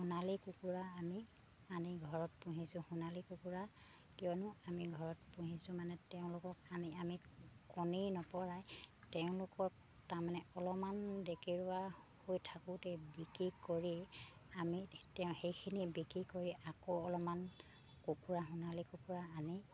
সোণালী কুকুৰা আমি আনি ঘৰত পুহিছোঁ সোণালী কুকুৰা কিয়নো আমি ঘৰত পুহিছোঁ মানে তেওঁলোকক আনি আমি কণী নপৰাই তেওঁলোকক তাৰমানে অলপমান ডেকেৰুৱা হৈ থাকোঁতে বিক্ৰী কৰি আমি তেওঁ সেইখিনি বিক্ৰী কৰি আকৌ অলপমান কুকুৰা সোণালী কুকুৰা আনি